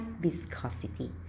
viscosity